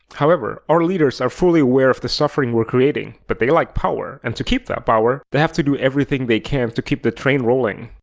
however, our leaders are fully aware of the suffering we're creating, but they like power, and to keep their power, they have to do everything they can to keep the train rolling.